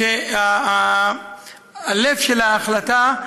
והלב של ההחלטה,